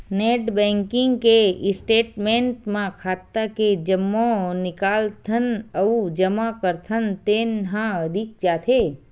net banking के statement म खाता के जम्मो निकालथन अउ जमा करथन तेन ह दिख जाथे